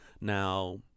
Now